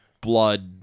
blood